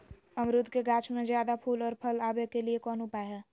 अमरूद के गाछ में ज्यादा फुल और फल आबे के लिए कौन उपाय है?